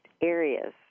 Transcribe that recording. areas